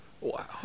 Wow